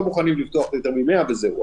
לא מוכנים לפתוח יותר מ-100 וזהו.